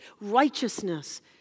righteousness